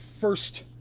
first